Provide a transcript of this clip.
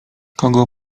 kogo